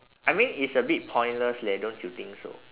I mean it's a bit pointless leh don't you think so